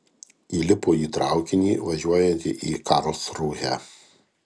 įlipo į traukinį važiuojantį į karlsrūhę